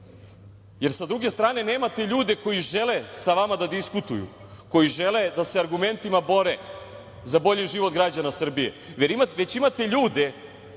jer sa druge strane nemate ljude koji žele sa vama da diskutuju, koji žele da se argumentima bore za bolji život građana Srbije, već imate ljude